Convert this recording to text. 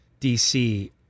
DC